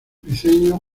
briceño